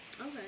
Okay